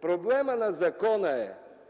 Проблемът на закона е,